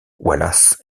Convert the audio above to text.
wallace